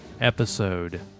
episode